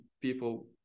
people